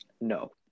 No